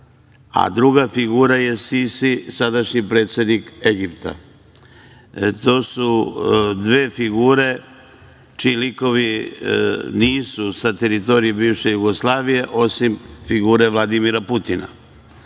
druga figura je Sisi, sadašnji predsednik Egipta. To su dve figure čiji likovi nisu sa teritorije bivše Jugoslavije, osim figure Vladimira